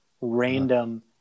random